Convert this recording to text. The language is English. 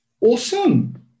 Awesome